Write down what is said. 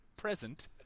present